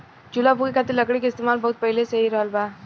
चूल्हा फुके खातिर लकड़ी के इस्तेमाल बहुत पहिले से हो रहल बा